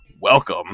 welcome